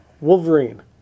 Wolverine